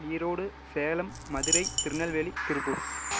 Erode Salem Madurai Tirunelveli Tiruppur